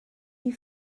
you